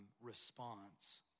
response